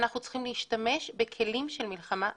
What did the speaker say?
אנחנו צריכים להשתמש בכלים של מלחמה בטרור.